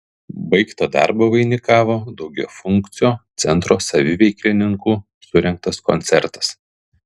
baigtą darbą vainikavo daugiafunkcio centro saviveiklininkų surengtas koncertas